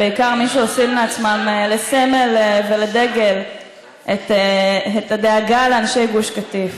בעיקר מי שעושים לעצמם לסמל ולדגל את הדאגה לאנשי גוש קטיף.